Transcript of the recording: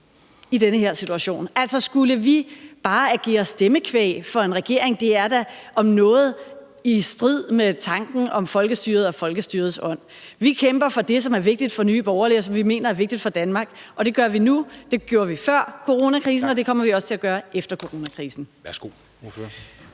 i denne situation. Altså, skulle vi bare agere stemmekvæg for en regering? Det er da om noget i strid med tanken om folkestyret og folkestyrets ånd. Vi kæmper for det, som er vigtigt for Nye Borgerlige, og som vi mener er vigtigt for Danmark, og det gør vi nu, det gjorde vi før coronakrisen, og det kommer vi også til at gøre efter coronakrisen. Kl.